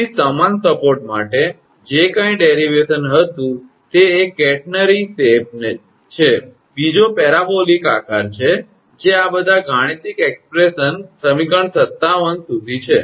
તેથી સમાન સપોર્ટ માટે જે કાંઈ વ્યુત્પન્ન હતું તે એક કેટરનરી આકાર છે બીજો પેરાબોલીક આકાર છે જે આ બધા ગાણિતિક એકસપ્રેશન સમીકરણ 57 સુધી છે